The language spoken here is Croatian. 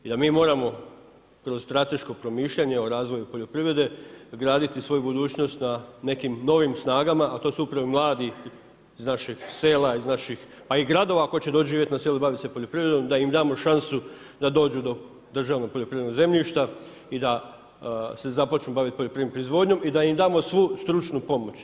I da mi moramo kroz strateško promišljanje o razvoju poljoprivrede graditi svoju budućnost na nekim novim snagama, a to su upravo mladi iz naših sela, iz naših pa i gradova ako hoće doći na selo i bavit se poljoprivredom, da im damo šansu da dođu do državnog poljoprivrednog zemljišta i da se započnu baviti poljoprivrednom proizvodnjom i da im damo svu stručnu pomoć.